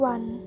One